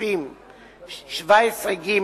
סעיפים 17(ג)